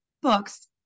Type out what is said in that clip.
books